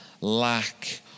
lack